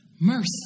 Mercy